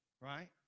Right